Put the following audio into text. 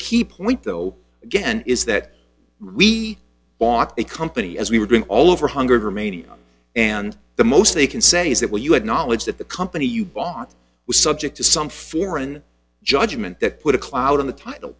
key point though again is that we bought the company as we were doing all over hunger mania and the most they can say is that when you had knowledge that the company you bought subject to some foreign judgment that put a cloud on the title